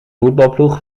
voetbalploeg